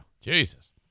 jesus